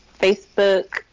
Facebook